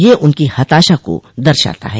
यह उनकी हताशा को दर्शाता है